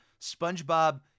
Spongebob